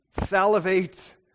salivate